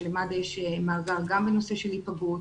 שלמד"א יש מאגר גם בנושא של היפגעות.